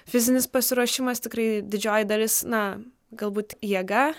fizinis pasiruošimas tikrai didžioji dalis na galbūt jėga